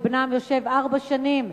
כשבנם יושב ארבע שנים